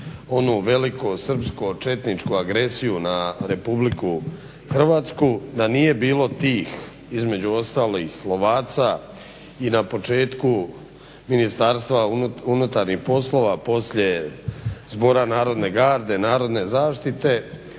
onu velikosrpsku četničku agresiju na Republiku Hrvatsku da nije bilo tih, između ostalih lovaca i na početku Ministarstva unutarnjih poslova poslije Zbora narodne garde Narodne zaštite,